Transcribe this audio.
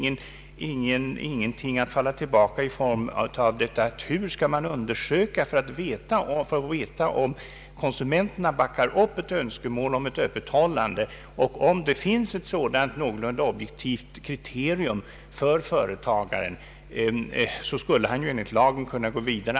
Däremot finns ingenting att falla tillbaka på när det gäller hur man skall förfara vid undersökningar för att få veta om konsumenterna backar upp ett önskemål om öppethållande. Om det finns ett någorlunda objektivt kriterium för företagaren, så skulle han ju enligt lagen kunna gå vidare.